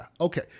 okay